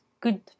good